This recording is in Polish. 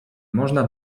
można